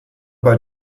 bei